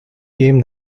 came